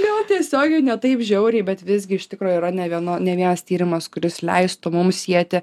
jo tiesiogiai ne taip žiauriai bet visgi iš tikro yra ne vieno ne vienas tyrimas kuris leistų mums sieti